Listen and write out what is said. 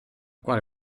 quale